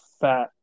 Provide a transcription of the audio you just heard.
fat